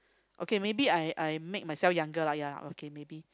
okay maybe I I make myself younger lah ya okay maybe